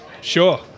sure